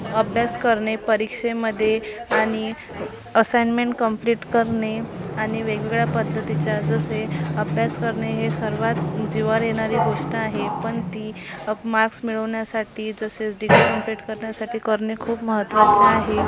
अभ्यास करणे परीक्षेमधे आणि असाइनमेंट कंप्लीट करणे आणि वेगवेगळ्या पद्धतीच्या जसे अभ्यास करणे हे सर्वात जिवावर येणारी गोष्ट आहे पण ती मार्क्स मिळवण्यासाठी तसेच डिग्री कंप्लीट करण्यासाठी करणे खूप महत्त्वाचे आहे